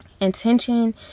Intention